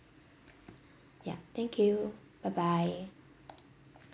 ya thank you bye bye